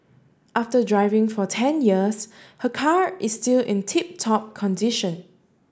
after driving for ten years her car is still in tip top condition